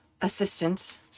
assistant